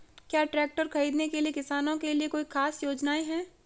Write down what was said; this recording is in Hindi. क्या ट्रैक्टर खरीदने के लिए किसानों के लिए कोई ख़ास योजनाएं हैं?